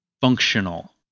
functional